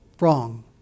wrong